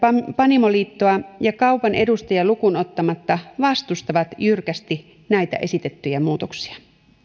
panimoliittoa ja kaupan edustajia lukuun ottamatta vastustavat jyrkästi näitä esitettyjä muutoksia